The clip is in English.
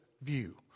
view